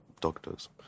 doctors